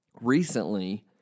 recently